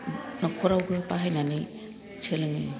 नखरावबो बाहायनानै सोलोंङो